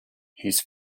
his